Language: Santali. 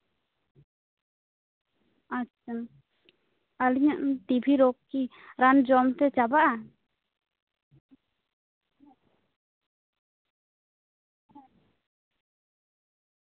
ᱟᱪᱪᱷᱟ ᱟᱞᱤᱧᱟᱜ ᱴᱤ ᱵᱤ ᱨᱳᱜᱽ ᱠᱤ ᱨᱟᱱ ᱡᱚᱢ ᱛᱮ ᱪᱟᱵᱟᱜᱼᱟ